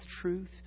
truth